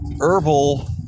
herbal